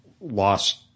Lost